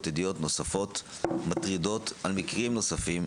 עדויות נוספות מטרידות על מקרים נוספים,